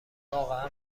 واقعا